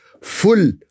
full